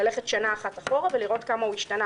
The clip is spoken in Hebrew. ללכת שנה אחת אחורה ולראות כמה הוא השתנה